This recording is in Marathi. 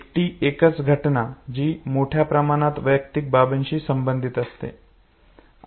एकटी एकच घटना जी मोठ्या प्रमाणात वैयक्तिक बाबींशी संबंधित असते